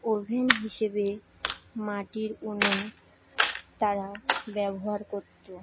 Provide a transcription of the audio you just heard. oven হিসেবে মাটির উনুন তারা ব্যবহার করতো